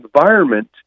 environment